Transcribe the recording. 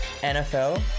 NFL